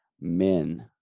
Men